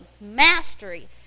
mastery